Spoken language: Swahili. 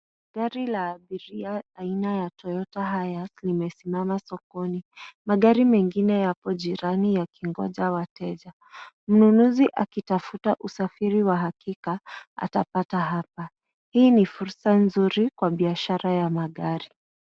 Gari la abiria aina ya toyota hiace limesimama sokoni. Magari mengine yapo jirani yakingoja wateja. Mnunuzi akitafuta usafiri wa hakika atapata hapa. Hii ni fursa nzuri kwa biashara ya magari.